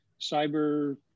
cyber